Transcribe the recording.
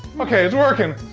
okay, it's working.